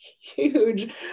huge